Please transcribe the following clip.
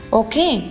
okay